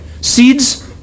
Seeds